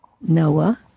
Noah